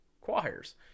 choirs